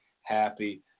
happy